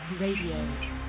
Radio